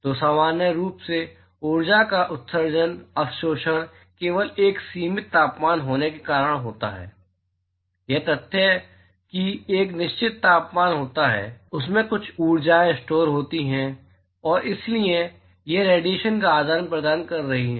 तो सामान्य रूप से ऊर्जा का उत्सर्जनअवशोषण केवल एक सीमित तापमान होने के कारण होता है यह तथ्य कि एक निश्चित तापमान होता है उसमें कुछ ऊर्जाएं स्टोर होती हैं और इसलिए यह रेडिएशन का आदान प्रदान कर रही है